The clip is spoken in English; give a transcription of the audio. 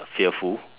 fearful